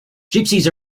gypsies